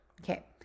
Okay